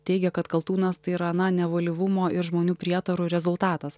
teigia kad kaltūnas tai yra na nevalyvumo ir žmonių prietarų rezultatas